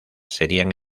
serían